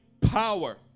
power